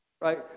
right